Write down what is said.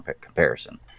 comparison